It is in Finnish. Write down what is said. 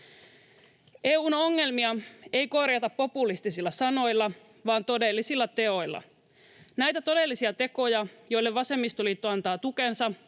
EU:n ongelmia ei korjata populistisilla sanoilla, vaan todellisilla teoilla. Näitä todellisia tekoja, joille Vasemmistoliitto antaa tukensa,